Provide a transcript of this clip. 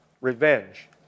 revenge